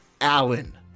allen